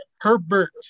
Herbert